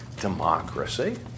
democracy